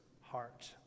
heart